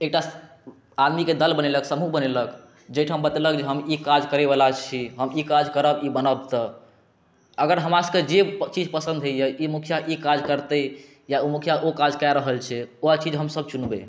एकटा आदमीके दल बनेलक समूह बनेलक जाहिठाम बतेलक जे हम ई काज करैवला छी हम ई काज करब ई बनब तऽ अगर हमरा सबके जे चीज पसन्द होइए जे मुखिया ई काज करतै या ओ मुखिया ओ काज कए रहल छै वएह चीज हमसब चुनबै